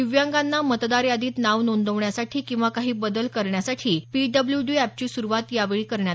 दिव्यांगांना मतदार यादीत नावं नोंदवण्यासाठी किंवा काही बदल करण्यासाठी पी डब्लू डी एपची सुरुवात करण्यात आहे